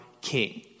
king